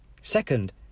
Second